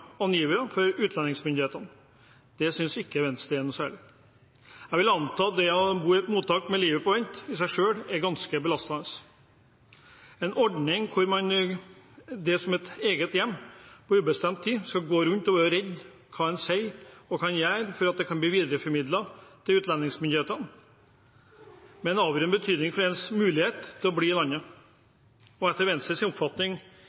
angivere for utlendingsmyndighetene. Det synes ikke Venstre er noe særlig. Jeg vil anta at det å bo i et mottak – med livet på vent – i seg selv er ganske belastende. Det er en ordning der man, i det som er ens eget hjem på ubestemt tid, skal gå rundt og være redd for hva en sier, og hva en gjør, fordi det kan bli videreformidlet til utlendingsmyndighetene, med en avgjørende betydning for ens mulighet til å bli i landet. Etter Venstres oppfatning